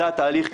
זה התהליך,